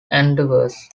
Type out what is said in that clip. endeavours